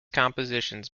compositions